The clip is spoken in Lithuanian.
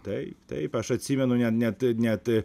taip taip aš atsimenu ne net e net e